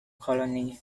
colony